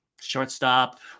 Shortstop